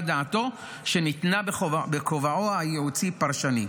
דעתו שניתנה בחובה בכובעו הייעוצי-פרשני.